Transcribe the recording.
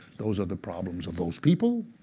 those are the problems of those people,